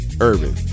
urban